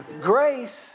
Grace